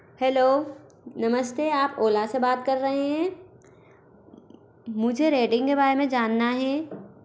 hello नमस्ते आप Ola से बात कर रहे हैं मुझे रैडिंग के बारे में जानना है